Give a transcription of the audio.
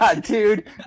Dude